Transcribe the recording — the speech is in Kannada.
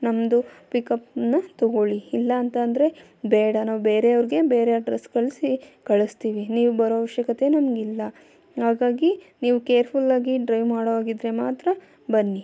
ನಮ್ಮದು ಪಿಕಪ್ಪನ್ನ ತಗೊಳ್ಳಿ ಇಲ್ಲ ಅಂತ ಅಂದ್ರೆ ಬೇಡ ನಾವು ಬೇರೆಯವ್ರಿಗೆ ಬೇರೆ ಅಡ್ರೆಸ್ ಕಳಿಸಿ ಕಳಿಸ್ತೀವಿ ನೀವು ಬರೋ ಅವಶ್ಯಕತೆ ನಮಗಿಲ್ಲ ಹಾಗಾಗಿ ನೀವು ಕೇರ್ಫುಲಾಗಿ ಡ್ರೈವ್ ಮಾಡೋ ಹಾಗಿದ್ದರೆ ಮಾತ್ರ ಬನ್ನಿ